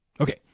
Okay